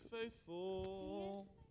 faithful